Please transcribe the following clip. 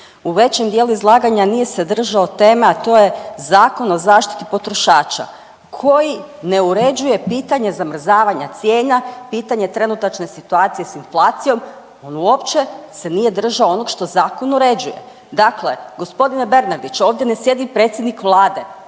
U većem dijelu izlaganja nije se držao teme, a to je Zakon o zaštiti potrošača koji ne uređuje pitanje zamrzavanje cijena, pitanje trenutačne situacije sa inflacijom. On uopće se nije držao onog što zakon uređuje. Dakle, gospodine Bernardić ovdje ne sjedi predsjednik Vlade,